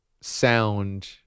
sound